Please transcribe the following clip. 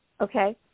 Okay